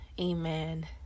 amen